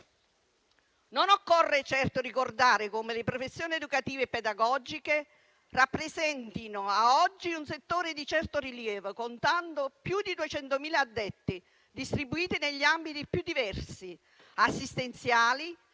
Non occorre certo ricordare come le professioni educative e pedagogiche rappresentino, a oggi, un settore di certo rilievo, contando più di 200.000 addetti distribuiti negli ambiti più diversi: assistenziali,